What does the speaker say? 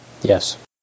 Yes